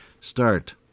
start